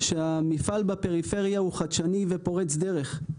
שהמפעל בפריפריה הוא חדשני ופורץ דרך.